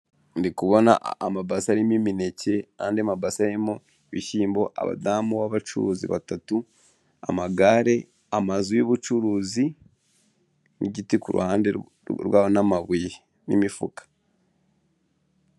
Ndi kubona amabase arimo imineke n'andi mabase arimo ibishyimbo, abadamu b'abacuruzi batatu, amagare, amazu y'ubucuruzi, n'igiti kuruhande rwabo, n'amabuye n'imifuka.